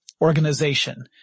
organization